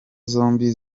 zombi